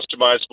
customizable